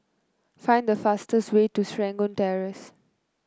find the fastest way to Serangoon Terrace